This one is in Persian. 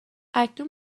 اکنون